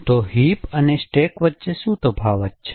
તો હિપ અને સ્ટેક વચ્ચે શું તફાવત છે